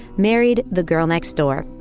married the girl next door.